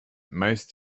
most